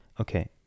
okay